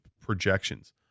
projections